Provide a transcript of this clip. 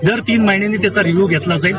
दर तीन महिन्यांनी त्याचा रिव्ह्यू घेतला जाईल